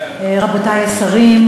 רבותי השרים,